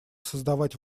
создавать